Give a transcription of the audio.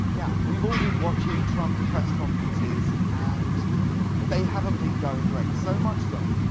now, we've all been watching trump's press conferences and they haven't been going great. so much so,